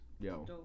yo